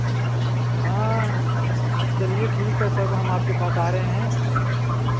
हाँ तब चलिए ठीक है तब हम आपके पास आ रहे हैं